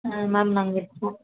ஆ ma'am நாங்கள் இப்போ